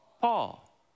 Paul